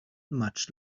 much